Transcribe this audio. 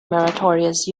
meritorious